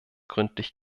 gründlich